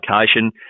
location